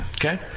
Okay